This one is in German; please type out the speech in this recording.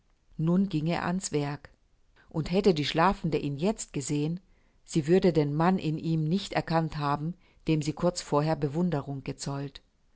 nun ging er an's werk und hätte die schlafende ihn jetzt gesehen sie würde den mann in ihm nicht erkannt haben dem sie kurz vorher bewunderung gezollt